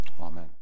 amen